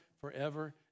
forever